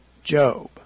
Job